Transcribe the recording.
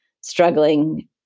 struggling